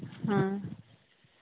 ᱦᱮᱸ